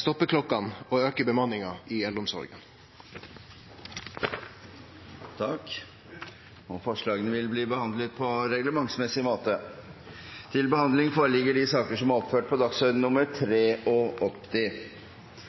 stoppeklokkene og auke bemanninga i eldreomsorga. Forslagene vil bli behandlet på reglementsmessig måte.